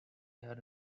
had